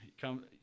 Come